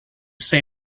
say